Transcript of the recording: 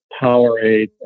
Powerade